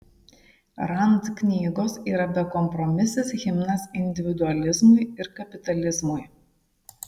rand knygos yra bekompromisis himnas individualizmui ir kapitalizmui